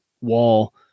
wall